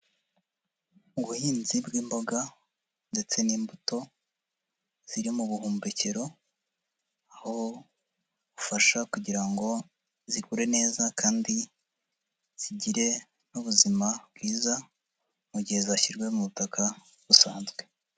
Ubuhinzi bw'imboga ndetse n'imbuto, ziri mu buhumbekero, aho bufasha kugira ngo zikure neza kandi zigire n'ubuzima bwiza, mu gihe zashyirwe mu butaka busanzwe.